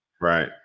Right